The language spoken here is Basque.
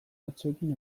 batzuekin